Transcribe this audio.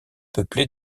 peuplé